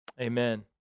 amen